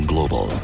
Global